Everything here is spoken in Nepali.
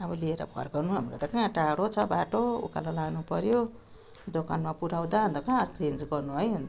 अब ल्याएर फर्काउनु हाम्रो त कहाँ टाढो छ बाटो उक्कालो लानु पऱ्यो दोकानमा पुऱ्याउँदा अन्त कहाँ चेन्ज गर्नु है